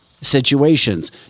situations